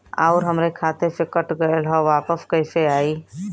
आऊर हमरे खाते से कट गैल ह वापस कैसे आई?